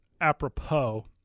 apropos